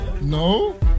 No